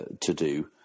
to-do